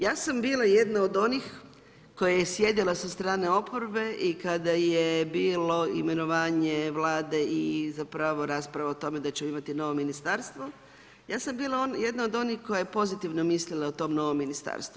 Ja sam bila jedna od onih koja je sjedila sa strane oporbe i kada je bilo imenovanje Vlade i zapravo rasprava o tome da ćemo imati novo ministarstvo, ja sam bila jedna od onih koja je pozitivno mislila o tome novom ministarstvu.